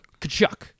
Kachuk